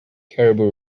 caribou